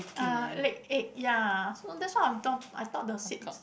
uh leg ache ya so that's what I thou~ I thought the sit